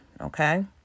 okay